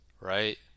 right